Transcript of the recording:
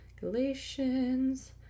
Galatians